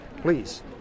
Please